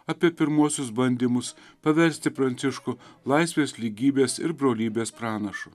apie pirmuosius bandymus paversti pranciškų laisvės lygybės ir brolybės pranašu